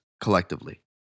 collectively